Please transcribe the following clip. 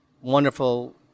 wonderful